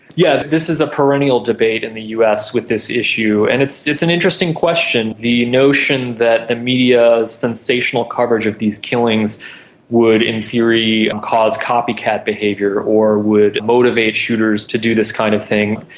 yes, this is a perennial debate in the us with this issue, and it's it's an interesting question. the notion that the media's sensational coverage of these killings would in theory and cause copycat behaviour or would motivate shooters to do this kind of thing.